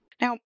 Now